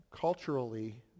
culturally